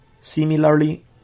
similarly